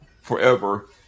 forever